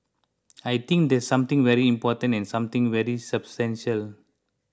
I think that's something very important and something very substantial